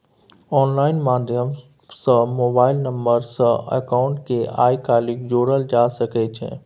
online माध्यम सँ mobile number सँ अकाउंट केँ आइ काल्हि जोरल जा सकै छै